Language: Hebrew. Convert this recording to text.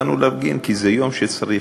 באנו להפגין כי זה יום שכך צריך,